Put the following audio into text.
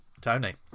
Tony